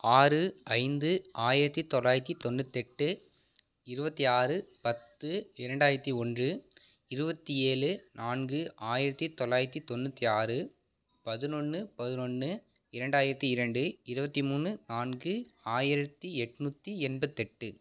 ஆறு ஐந்து ஆயிரத்தி தொள்ளாயிரத்தி தொண்ணுத்தெட்டு இருபத்தி ஆறு பத்து இரண்டாயிரத்தி ஒன்று இருபத்தி ஏழு நான்கு ஆயிரத்தி தொள்ளாயிரத்தி தொண்ணுற்றி ஆறு பதினொன்று பதினொன்று இரண்டாயிரத்தி இரண்டு இருபத்தி மூணு நான்கு ஆயிரத்தி எட்நூற்றி எண்பத்தெட்டு